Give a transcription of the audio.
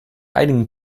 einigen